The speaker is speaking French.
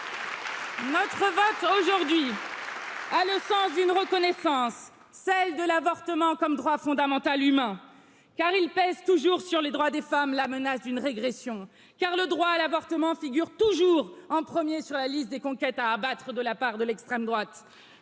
notre vote aujourd'hui. Dans le sens d'une reconnaissance, celle de l'avortement comme droit fondamental humain, car il pèse toujours sur les droits des femmes, la menace d'une régression, car le droit à l'avortement figure toujours en 1ᵉʳ sur la liste des conquêtes à abattre l'extrême droite